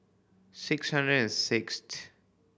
six hundred and six